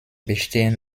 bestehen